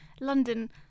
London